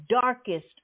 darkest